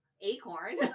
acorn